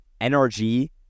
nrg